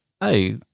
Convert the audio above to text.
Hey